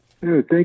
Thank